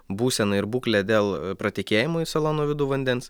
būseną ir būklę dėl pratekėjimo į salono vidų vandens